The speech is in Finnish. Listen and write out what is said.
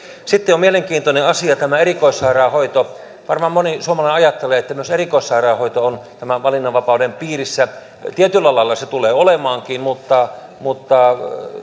sitten on mielenkiintoinen asia tämä erikoissairaanhoito varmaan moni suomalainen ajattelee että myös erikoissairaanhoito on tämän valinnanvapauden piirissä tietyllä lailla se tulee olemaankin mutta mutta